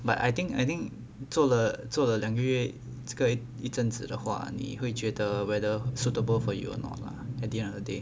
but I think I think 做了做了两个月这个一阵子的话你会觉得 whether suitable for you or not lah at the end of the day